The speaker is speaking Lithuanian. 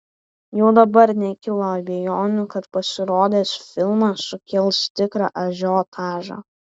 jau dabar nekyla abejonių kad pasirodęs filmas sukels tikrą ažiotažą